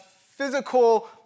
physical